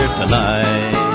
tonight